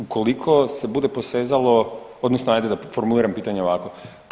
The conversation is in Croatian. Ukoliko se bude posezalo odnosno ajde da formuliram pitanje ovako.